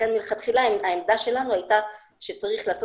לכן מלכתחילה העמדה שלנו הייתה שצריך לעשות